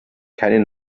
keinen